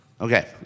Okay